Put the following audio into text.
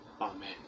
Amen